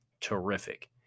terrific